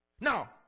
Now